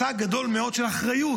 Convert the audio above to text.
משא גדול מאוד של אחריות.